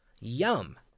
Yum